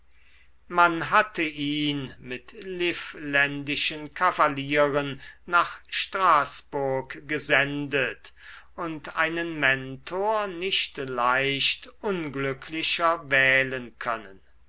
man hatte ihn mit livländischen kavalieren nach straßburg gesendet und einen mentor nicht leicht unglücklicher wählen können